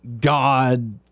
god